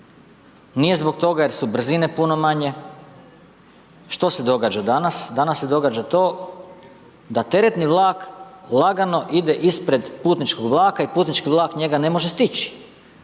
nije zbog toga jer su brzine puno manje. Što se događa danas? Danas se događa to da teretni vlak lagano ide ispred putničkog vlaka i putnički vlak njega ne može stići,